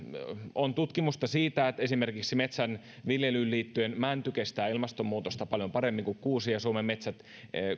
on tutkimusta siitä että esimerkiksi metsän viljelyyn liittyen mänty kestää ilmastonmuutosta paljon paremmin kuin kuusi ja suomen metsät